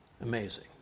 Amazing